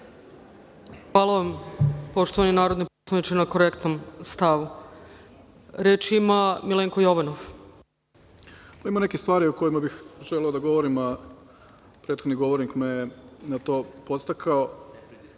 Hvala vam, poštovani narodni poslaniče, na korektnom stavu. Reč ima Milenko Jovanov. **Milenko Jovanov** Ima nekih stvari o kojima bih želeo da govorim, a prethodni govornik me je na to podstakao.